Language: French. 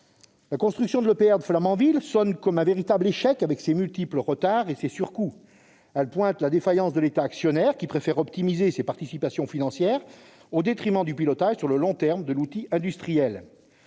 La construction de l'EPR de Flamanville sonne elle aussi comme un véritable échec avec ses multiples retards et ses surcoûts. Elle révèle la défaillance de l'État actionnaire, qui préfère optimiser ses participations financières au détriment du pilotage sur le long terme de l'outil industriel.